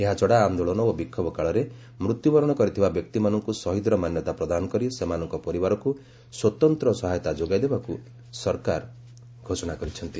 ଏହାଛଡା ଆନ୍ଦୋଳନ ଓ ବିକ୍ଷୋଭ କାଳରେ ମୃତ୍ୟୁ ବରଣ କରିଥିବା ବ୍ୟକ୍ତିମାନଙ୍କୁ ଶହୀଦର ମାନ୍ୟତା ପ୍ରଦାନ କରି ସେମାନଙ୍କ ପରିବାରକୁ ସ୍ୱତନ୍ତ୍ର ସହାୟତା ଯୋଗାଇ ଦେବାକୁ ସରକାର ଘୋଷଣା କରିଛନ୍ତି